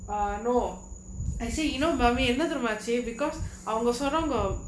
ah no I say you know mummy என்ன தெரியுமா ஆச்சு:enna theriyumaa aachu because அவங்க சொன்னங்கோ:avanga sonnango